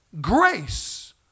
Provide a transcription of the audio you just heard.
Grace